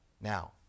Now